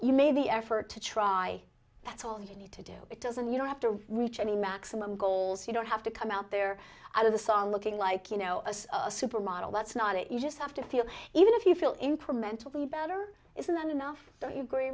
you made the effort to try that's all you need to do it doesn't you don't have to reach any maximum goals you don't have to come out there out of the song looking like you know a supermodel that's not it you just have to feel even if you feel incrementally better isn't that enough so you agree